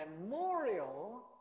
memorial